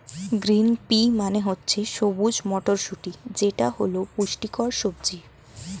green pea মানে হচ্ছে সবুজ মটরশুঁটি যেটা হল পুষ্টিকর সবজি